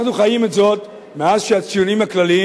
אנחנו חיים את זה עוד מאז שהציונים הכלליים,